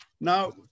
Now